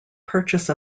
purchase